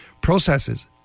processes